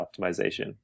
optimization